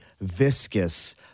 viscous